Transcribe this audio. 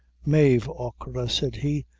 mave, achora, said he,